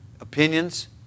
opinions